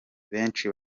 benshi